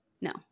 no